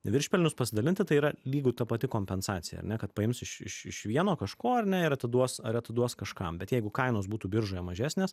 viršpelnius pasidalinti tai yra lygu ta pati kompensacija ane kad paims iš iš vieno kažko ar ne ir atiduos ar atiduos kažkam bet jeigu kainos būtų biržoje mažesnės